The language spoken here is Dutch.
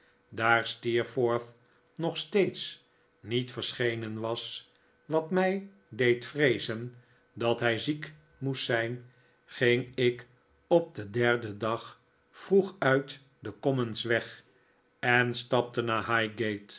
daar steerforth nog steeds niet verschenen was wat mij deed vreezen dat hij ziek moest zijn ging ik op den derden dag vroeg uit de commons weg en stapte